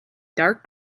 dark